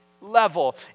level